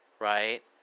right